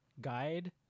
guide